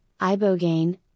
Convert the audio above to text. ibogaine